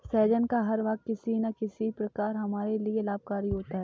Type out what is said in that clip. सहजन का हर भाग किसी न किसी प्रकार हमारे लिए लाभकारी होता है